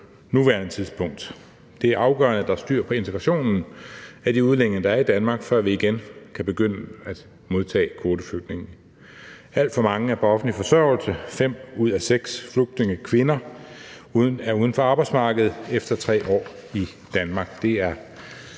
nuværende tidspunkt. Det er afgørende, at der er styr på integrationen af de udlændinge, der er i Danmark, før vi igen kan begynde at modtage kvoteflygtninge. Alt for mange er på offentlig forsørgelse, fem ud af seks flygtningekvinder er uden for arbejdsmarkedet efter 3 år i Danmark.